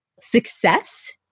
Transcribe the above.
success